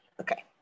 Okay